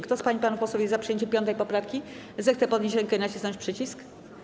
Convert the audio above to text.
Kto z pań i panów posłów jest za przyjęciem 5. poprawki, zechce podnieść rękę i nacisnąć przycisk.